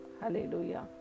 Hallelujah